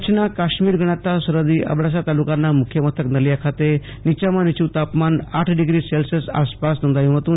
કચ્છના કાશ્મીર ગણાતા સરહદી અબડાસા તાલુકાના નલિયા ખાતે નીચામાં નીચું તાપમાન આઠ ડિગ્રી સેલ્સિયસ નોંધાયું હતું